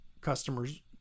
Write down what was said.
customers